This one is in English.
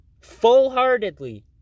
full-heartedly